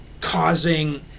causing